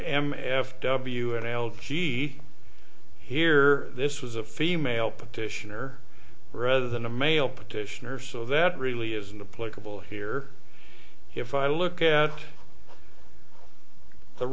m f w n l g here this was a female petitioner rather than a male petitioner so that really isn't a political here if i look at the